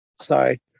Sorry